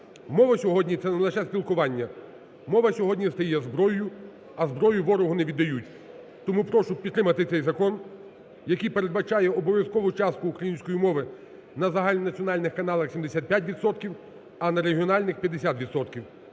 мова сьогодні – це не лише спілкування, мова сьогодні стає зброєю, а зброю ворогу не віддають. Тому прошу підтримати цей закон, який передбачає обов'язкову частку української мови на загальнонаціональних каналах – 75 відсотків, а на регіональних – 50